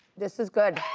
this is good.